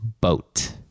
boat